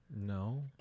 No